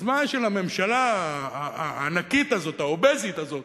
הססמה של הממשלה הענקית הזאת, ה"אוביסית" הזאת,